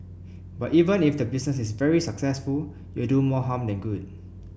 but even if the business is very successful you'll do more harm than good